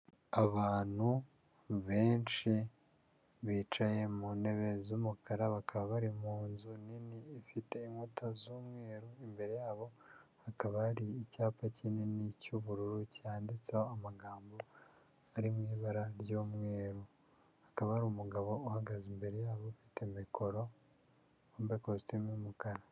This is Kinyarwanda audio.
Abantu benshi bicaye mu ntebe z'umukara, bakaba bari mu nzu nini ifite inkuta z'umweru, imbere yabo hakaba hari icyapa kinini cy'ubururu cyanditseho amagambo ari mu ibara ry'umweru, hakaba hari umugabo uhagaze imbere yabo ufite mikoro wambaye kositimu y'umukara.